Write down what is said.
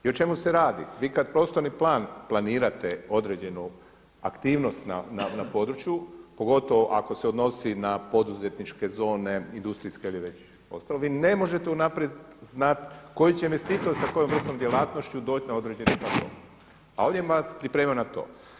I o čemu se radi? vi kada prostorni plan planirate određenu aktivnost na području, pogotovo ako se odnosi na poduzetničke zone, industrijske ili već ostalo vi ne možete unaprijed znati koji će investitor sa kojom vrstom djelatnošću doći na određeni … priprema na to.